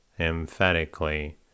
Emphatically